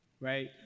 right